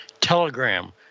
Telegram